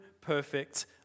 perfect